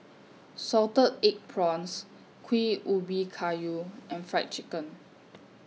Salted Egg Prawns Kuih Ubi Kayu and Fried Chicken